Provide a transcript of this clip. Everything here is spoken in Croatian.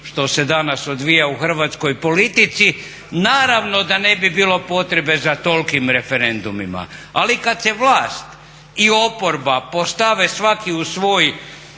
što se danas odvija u hrvatskoj politici, naravno da ne bi bilo potrebe za tolikim referendumima. Ali kad se vlast i oporba postave svaki u svoj